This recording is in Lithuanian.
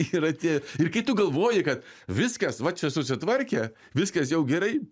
ir atėjo ir kai tu galvoji kad viskas va čia susitvarkė viskas jau gerai